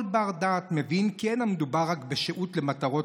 כל בר-דעת מבין כי לא מדובר רק בשהות למטרות